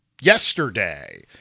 yesterday